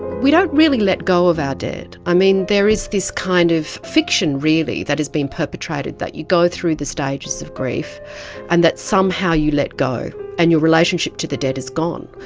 we don't really let go of our dead. i mean, there is this kind of fiction really that has been perpetrated that you go through the stages of grief and that somehow you let go and your relationship to the dead is gone.